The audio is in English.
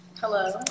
Hello